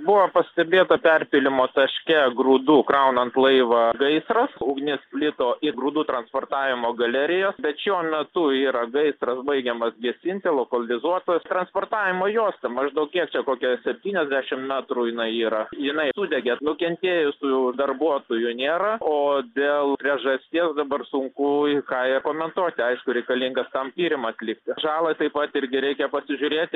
buvo pastebėta perpylimo taške grūdų kraunant laivą gaisras ugnis plito į grūdų transportavimo galeriją bet šiuo metu yra gaisras baigiamas gesinti lokalizuota transportavimo juosta maždaug kiek kokia septyniasdešimt metrų jinai yra jinai sudegė nukentėjusiųjų darbuotojų nėra o dėl priežasties dabar sunkų ką ir komentuoti aišku reikalingas tam tyrimą atlikti žalą taip pat irgi reikia pasižiūrėti